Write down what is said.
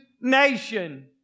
nation